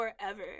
forever